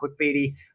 clickbaity